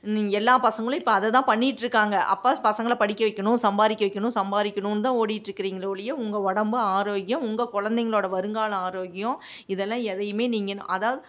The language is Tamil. நீங்கள் எல்லா பசங்களும் இப்போ அதை தான் பண்ணிட்டிருக்காங்க அப்போ பசங்களை படிக்க வைக்கணும் சம்பாதிக்க வைக்கணும் சம்பாதிக்கணுன்னு தான் ஓடிட்டிருக்கிறீங்களே ஒழிய உங்கள் உடம்பு ஆரோக்கியம் உங்கள் குழந்தைங்களோட வருங்கால ஆரோக்கியம் இதெல்லாம் எதையுமே நீங்கள் அதாவது